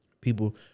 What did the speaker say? people